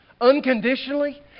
unconditionally